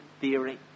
theory